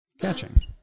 catching